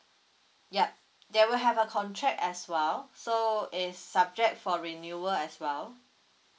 yup they will have a contract as well so is subject for renewal as well